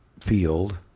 field